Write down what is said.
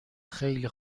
خیلی